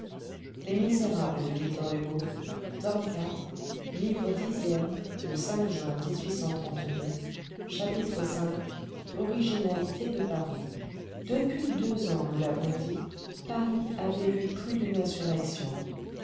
chapitre v originalité de paris depuis deux ans nous l'avons dit paris avait vu plus d'une insurrection